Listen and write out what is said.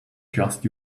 just